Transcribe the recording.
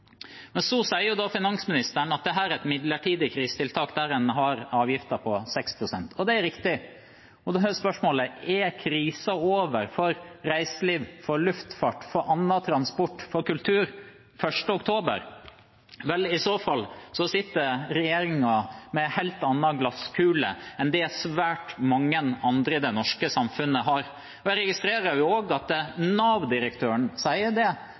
Men så sier finansministeren at en avgift på 6 pst. er et midlertidig krisetiltak, og det er riktig. Da er spørsmålet: Er krisen over for reiseliv, luftfart, annen transportbransje og kultur den 1. oktober? I så fall sitter regjeringen med en helt annen glasskule enn det som svært mange andre i det norske samfunnet har. Jeg registrerer også at Nav-direktøren, når han legger fram analyser og